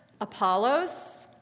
Apollos